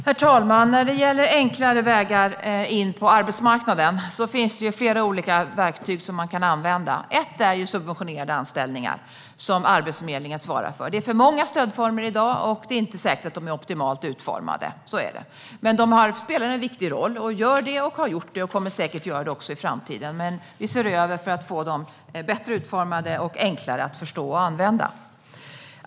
Herr talman! När det gäller enklare vägar in på arbetsmarknaden finns det flera olika verktyg som man kan använda. Ett är subventionerade anställningar som Arbetsförmedlingen svarar för. Det är för många stödformer i dag, och det är inte säkert att de är optimalt utformade. De har spelat en viktig roll, gör det och kommer säkert att göra det också i framtiden, men vi ser över dem för att få dem bättre utformade och enklare att förstå och använda.